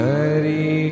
Hari